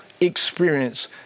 experience